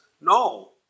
No